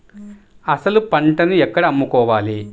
అసలు పంటను ఎక్కడ అమ్ముకోవాలి?